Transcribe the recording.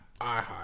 iHeart